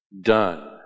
Done